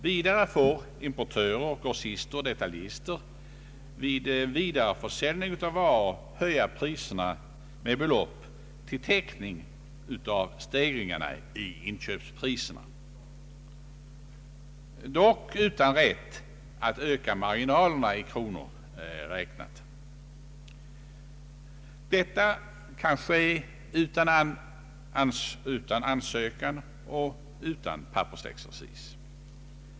Vidare får i Danmark importörer, grossister och detaljister vid vidareförsäljning av varor höja priserna med belopp till täckning av stegringarna i inköpspriserna, dock utan rätt att öka marginalerna i kronor räknat. Detta kan ske utan ansökan och utan pappersexercis.